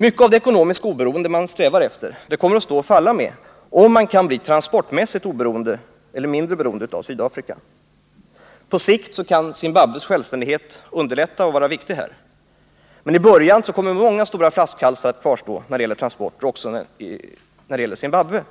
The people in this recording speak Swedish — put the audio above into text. Mycket av det ekonomiska oberoende man strävar efter kommer att stå och falla med om man kan bli transportmässigt oberoende eller mindre beroende av Sydafrika. På sikt kan Zimbabwes självständighet underlätta och vara viktig härvidlag, men i början kommer många svåra flaskhalsar att kvarstå när det gäller transporter i Zimbabwe,